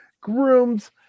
grooms